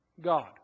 God